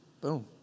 Boom